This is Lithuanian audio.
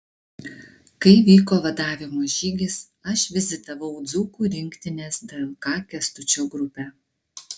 kai vyko vadavimo žygis aš vizitavau dzūkų rinktinės dlk kęstučio grupę